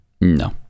No